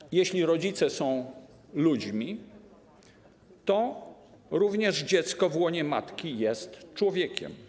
I jeśli rodzice są ludźmi, to również dziecko w łonie matki jest człowiekiem.